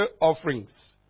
offerings